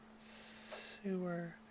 sewer